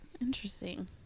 Interesting